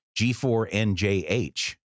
G4NJH